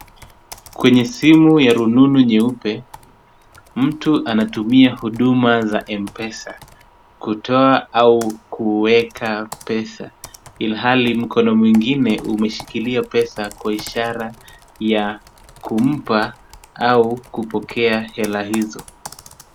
Kwenye simu ya rununu nyeupe, mtu anatumia huduma za M-Pesa, kutoa au kuweka pesa, ilhali mkono mwingine umeshikilia pesa kwa ishara ya kumpa au kupokea hela hizo.